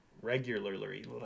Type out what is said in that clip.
Regularly